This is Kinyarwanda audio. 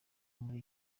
muri